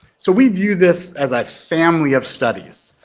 so we view this as a family of studies.